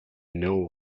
know